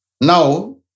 Now